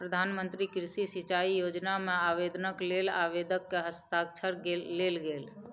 प्रधान मंत्री कृषि सिचाई योजना मे आवेदनक लेल आवेदक के हस्ताक्षर लेल गेल